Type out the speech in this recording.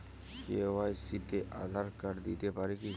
KYC তে Aadhaar card দিতে পারি কি?